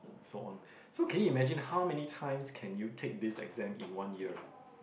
so on so can you imagine how many times can you take this exam in one year